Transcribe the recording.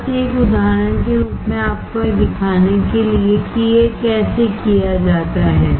बस एक उदाहरण के रूप में आपको यह दिखाने के लिए कि यह कैसे किया जाता है